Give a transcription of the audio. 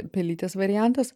pelytės variantas